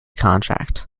contract